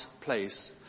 place